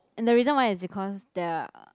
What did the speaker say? and the reason why is because there are